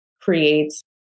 creates